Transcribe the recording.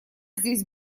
здесь